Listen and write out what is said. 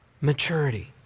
maturity